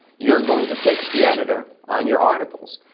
you're going to pitch the editor on your articles.